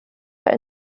bei